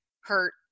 hurt